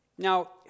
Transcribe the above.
Now